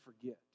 forget